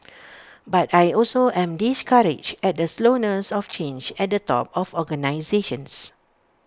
but I also am discouraged at the slowness of change at the top of organisations